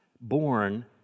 born